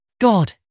God